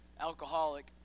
alcoholic